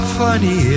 funny